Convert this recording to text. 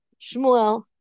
Shmuel